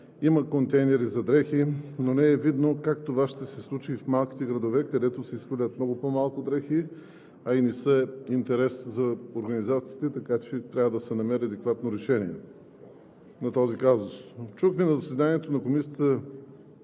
има контейнери за дрехи, но не е видно как това ще се случи и в малките градове, където се изхвърлят много по-малко дрехи, а и не са интерес за организациите, така че трябва да се намери адекватно решение на този казус. Чухме на заседанието на Комисията